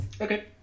Okay